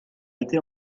été